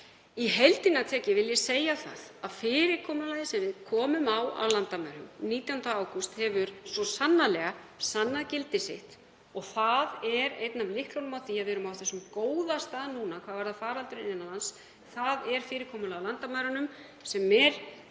Í heildina tekið vil ég segja það að fyrirkomulagið sem við komum á á landamærunum 19. ágúst hefur svo sannarlega sannað gildi sitt. Það er einn af lyklunum að því að við erum á þessum góða stað núna hvað varðar faraldurinn innan lands, þ.e. fyrirkomulagið á landamærunum sem er